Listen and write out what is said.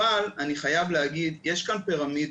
אבל אני חייב להגיד, יש כאן פירמידה.